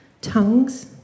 tongues